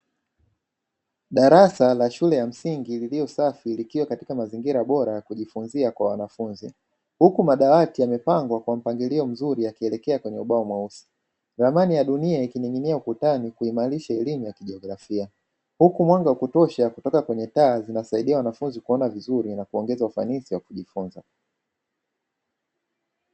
Darasa la shule ya msingi liliyo safi likiwa katika mazingira bora ya kujifunzia kwa wanafunzi, huku madawati yamepangwa kwa mpangilio mzuri yakielekea kwenye ubao mweusi, ramani ya dunia ikining'inia ukutani kuimanisha elimu ya kijiografia, huku mwanga wa kutosha kutoka kwenye taa zinasaidia wanafunzi kuona vizuri na kuongeza ufanisi wa kujifunza.